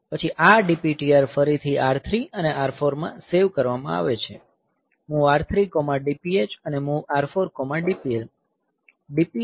પછી આ DPTR ફરીથી R3 અને R4 માં સેવ કરવામાં આવે છે MOV R3DPH અને MOV R4DPL